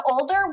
older